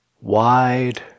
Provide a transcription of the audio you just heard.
wide